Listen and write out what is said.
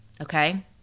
okay